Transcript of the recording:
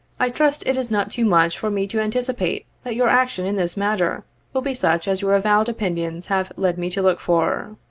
i trust it is not too much for me to anticipate that your action in this matter will be such as your avowed opinions have led me to look for.